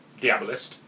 Diabolist